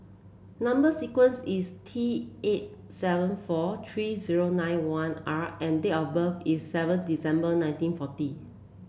number sequence is T eight seven four three nine one R and date of birth is seven December nineteen forty